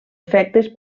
efectes